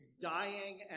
dying